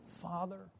Father